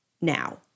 Now